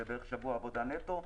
זה בערך שבוע עבודה נטו.